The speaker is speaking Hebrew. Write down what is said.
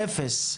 אפס.